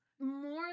more